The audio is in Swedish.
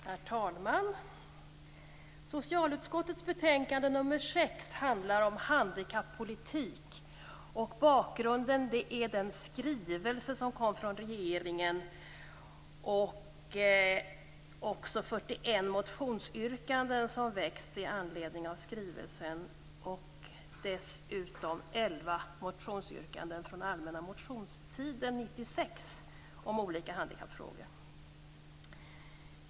Herr talman! Socialutskottets betänkande nr 6 handlar om handikappolitik. Bakgrunden är den skrivelse som kom från regeringen, 41 motionsyrkanden som har väckts i anledning av skrivelsen och dessutom elva motionsyrkanden från allmänna motionstiden 1996 om olika handikappfrågor.